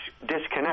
disconnect